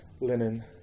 linen